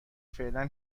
فعلا